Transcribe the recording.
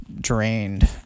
drained